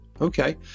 Okay